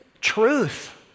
truth